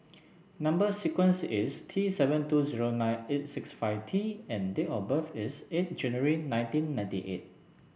number sequence is T seven two zero nine eight six five T and date of birth is eight January nineteen ninety eight